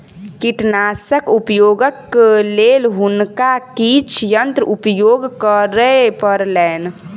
कीटनाशकक उपयोगक लेल हुनका किछ यंत्र उपयोग करअ पड़लैन